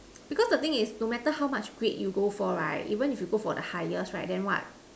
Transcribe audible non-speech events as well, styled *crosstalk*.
*noise* because the thing is no matter how much grade you go for right even if you go for the highest right then what